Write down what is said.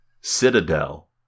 Citadel